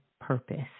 purpose